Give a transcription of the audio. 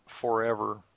forever